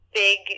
big